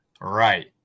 Right